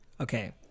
Okay